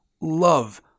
love